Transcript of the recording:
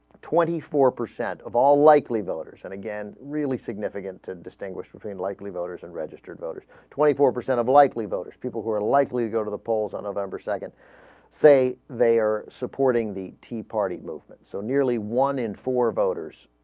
twenty four percent of all likely voters and again really significant to distinguish between likely voters and registered voters twenty four percent of likely voters people who are likely go to the polls on november second say they are supporting the tea party movements of so nearly one in four voters